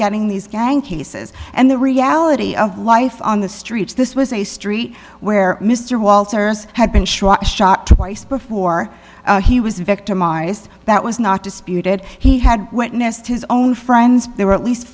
getting these gang cases and the reality of life on the streets this was a street where mr walters had been shot twice before he was victimized that was not disputed he had witnessed his own friends but there were at least